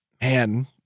man